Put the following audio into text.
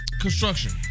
construction